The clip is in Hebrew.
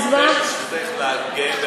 זכותך להגן,